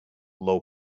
low